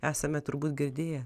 esame turbūt girdėję